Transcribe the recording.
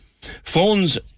Phones